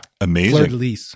Amazing